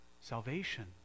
Salvation